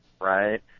right